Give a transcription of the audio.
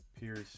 Pierce